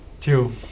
Two